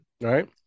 Right